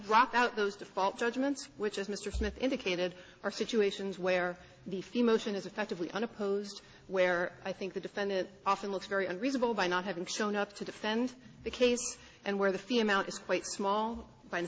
drop out those default judgments which as mr smith indicated are situations where the fee motion is effectively unopposed where i think the defendant often looks very unreasonable by not having shown up to defend the case and where the fee amount is quite small by